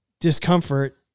discomfort